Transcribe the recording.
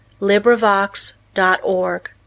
LibriVox.org